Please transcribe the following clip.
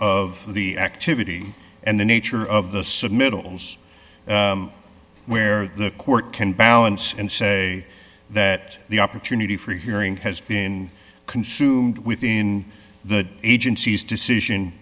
of the activity and the nature of the submittals where the court can balance and say that the opportunity for hearing has been consumed within the agency's decision